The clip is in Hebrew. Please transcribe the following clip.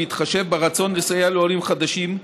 ובהתחשב ברצון לסייע לעולים חדשים,